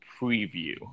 preview